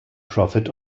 profit